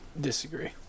Disagree